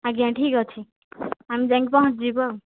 ଆଜ୍ଞା ଠିକ୍ ଅଛି ଆମେ ଯାଇକି ପହଞ୍ଚି ଯିବୁ ଆଉ